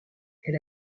elle